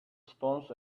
stones